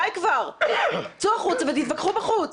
די כבר, תצאו החוצה ותתווכחו בחוץ.